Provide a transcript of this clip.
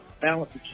Balance